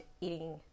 eating